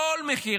כל מחיר,